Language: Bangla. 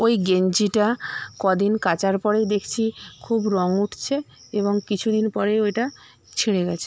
ওই গেঞ্জিটা কদিন কাচার পরেই দেখছি খুব রঙ উঠছে এবং কিছুদিন পরে ওইটা ছিঁড়ে গেছে